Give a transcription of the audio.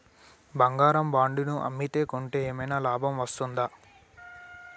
బంగారు బాండు ను అమ్మితే కొంటే ఏమైనా లాభం వస్తదా?